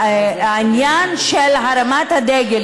שהעניין של הרמת הדגל,